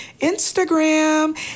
Instagram